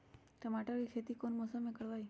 टमाटर की खेती कौन मौसम में करवाई?